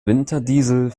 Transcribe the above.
winterdiesel